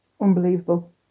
Unbelievable